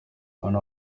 abana